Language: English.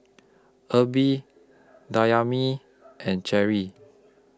Erby Dayami and Cheri